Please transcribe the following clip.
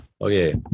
Okay